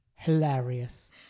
Hilarious